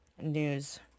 news